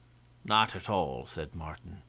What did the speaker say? not at all, said martin.